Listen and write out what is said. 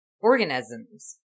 organisms